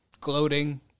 gloating